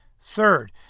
Third